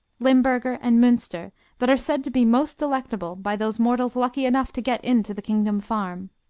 limburger and munster that are said to be most delectable by those mortals lucky enough to get into the kingdom farm.